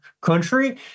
country